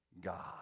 God